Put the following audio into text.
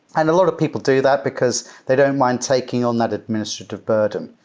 and a lot of people do that because they don't mind taking on that administrative burden.